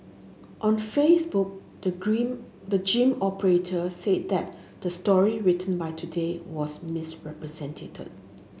on Facebook the grim the gym operator said that the story written by Today was misrepresented